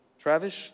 Travis